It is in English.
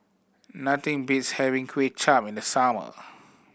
nothing beats having Kway Chap in the summer